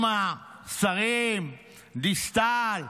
עם השרים דיסטל,